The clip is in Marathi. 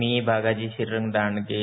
मी बालाजी श्रीरंग दांडगे